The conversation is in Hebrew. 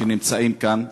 שנמצאים כאן.